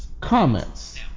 comments